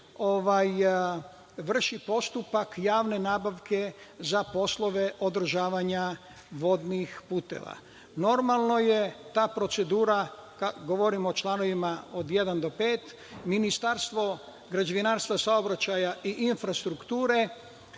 se vrši postupak javne nabavke za poslove održavanja vodnih puteva. Normalno je ta procedura, govorim o čl. od 1. do 5, Ministarstvo građevinarstva, saobraćaja i infrastrukture